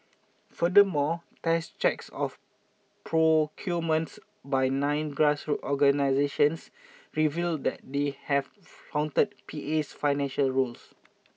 furthermore test checks of procurement by nine grassroots organisations revealed that they have flouted P A's financial rules